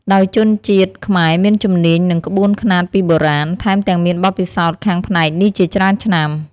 ដោយជនជាតិខ្មែរមានជំនាញ និងក្បួនខ្នាតពីបុរាណ ថែមទាំងមានបទពិសោធន៍ខាងផ្នែកនេះជាច្រើនឆ្នាំ។